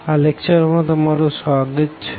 આ લેકચર માં તમારું સ્વાગત છે